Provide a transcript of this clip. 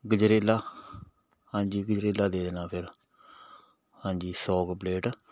ਗਜਰੇਲਾ ਹਾਂਜੀ ਗਜਰੇਲਾ ਦੇ ਦੇਣਾ ਫਿਰ ਹਾਂਜੀ ਸੌ ਕੁ ਪਲੇਟ